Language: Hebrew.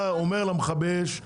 ויגיד להם מה מצפים מהם; למכבי אש,